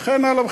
וכן הלאה,